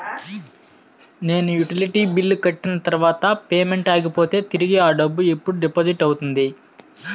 నేను utility bill కట్టిన తర్వాత పేమెంట్ ఆగిపోతే తిరిగి అ డబ్బు ఎప్పుడు డిపాజిట్ అవుతుంది?